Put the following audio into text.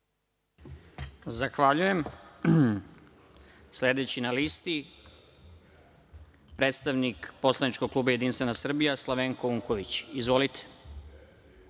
Zahvaljujem. Sledeći na listi predstavnik poslaničkog kluba Jedinstvena Srbija Slavenko Unković. Izvolite.